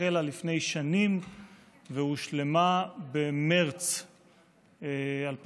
החלה בו לפני שנים והושלמה במרץ 2018